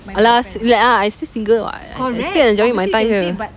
!alah! rilek ah I still single [what] I still enjoying my time here